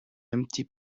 empty